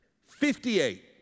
Fifty-eight